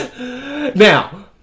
Now